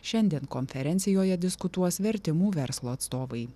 šiandien konferencijoje diskutuos vertimų verslo atstovai